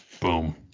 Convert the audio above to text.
Boom